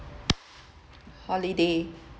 holiday